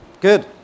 Good